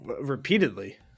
repeatedly